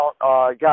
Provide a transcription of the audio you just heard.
got